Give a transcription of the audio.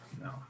No